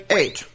eight